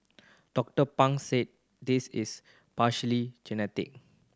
Doctor Pang said this is partly genetic